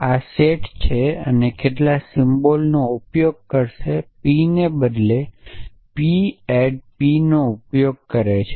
આ સેટ છે કેટલાક સિમ્બોલનો ઉપયોગ કરશે પીને બદલે P એડ p નો ઉપયોગ કરે છે